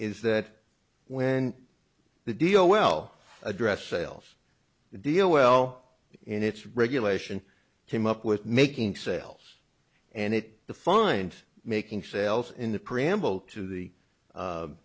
is that when the deal well address sales deal well in its regulation came up with making sales and it defined making sales in the preamble to the